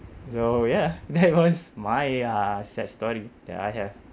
so ya that was my uh sad story that I have